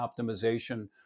optimization